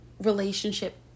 relationship